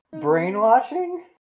Brainwashing